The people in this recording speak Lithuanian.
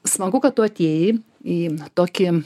smagu kad tu atėjai į tokį